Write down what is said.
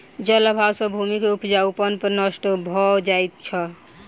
जल अभाव सॅ भूमि के उपजाऊपन नष्ट भ जाइत अछि